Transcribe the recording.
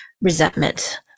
resentment